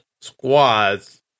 squads